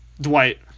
Dwight